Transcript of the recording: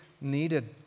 needed